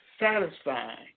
satisfying